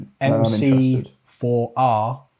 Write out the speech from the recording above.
MC4R